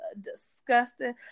disgusting